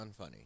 unfunny